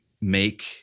make